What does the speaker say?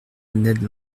ned